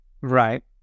Right